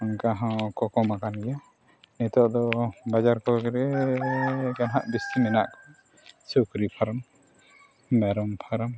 ᱚᱱᱠᱟ ᱦᱚᱸᱠᱚ ᱠᱚᱢ ᱟᱠᱟᱱ ᱜᱮᱭᱟ ᱱᱤᱛᱚᱜ ᱫᱚ ᱵᱟᱡᱟᱨ ᱠᱚᱨᱮ ᱜᱮ ᱡᱟᱦᱟᱸ ᱵᱮᱥᱤ ᱢᱮᱱᱟᱜ ᱠᱚᱣᱟ ᱥᱩᱠᱨᱤ ᱢᱮᱨᱚᱢ ᱯᱷᱮᱨᱚᱢ